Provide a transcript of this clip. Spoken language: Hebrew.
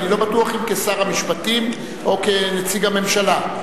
אני לא בטוח אם כשר המשפטים או כנציג הממשלה,